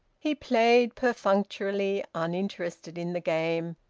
he played perfunctorily, uninterested in the game,